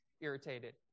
irritated